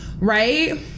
right